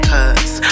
Cause